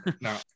no